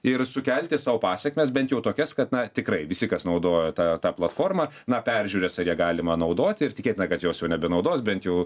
ir sukelti sau pasekmes bent jau tokias kad na tikrai visi kas naudoja tą tą platformą na peržiūrės ar ją galima naudoti ir tikėtina kad jos jau nebenaudos bent jau